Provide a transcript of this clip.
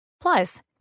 Plus